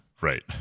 Right